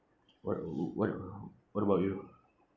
what about wh~ what about what about you